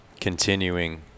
continuing